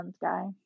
guy